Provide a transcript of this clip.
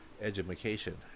education